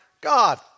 God